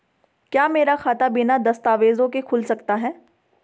क्या मेरा खाता बिना दस्तावेज़ों के खुल सकता है?